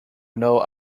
know